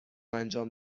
انجام